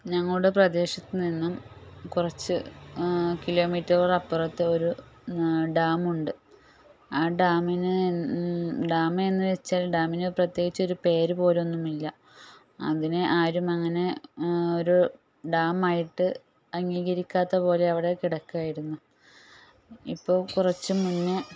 ഞങ്ങളുടെ പ്രദേശത്തു നിന്നും കുറച്ച് കിലോമീറ്ററുകളപ്പുറത്തൊരു ഡാമുണ്ട് ആ ഡാമിന് ഡാമേന്ന് വെച്ചാൽ ഡാമിന് പ്രത്യേകിച്ചൊരു പേര് പോലൊന്നുമില്ല അതിനെ ആരും അങ്ങനെ ഒരു ഡാമായിട്ട് അംഗീകരിക്കാത്ത പോലെ അവിടെ കിടക്കുകയായിരുന്നു ഇപ്പോൾ കുറച്ചു മുന്നെ